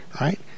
right